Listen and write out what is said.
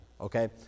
okay